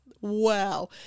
wow